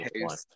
one